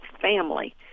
family